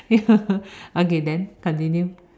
ya okay then continue